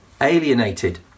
alienated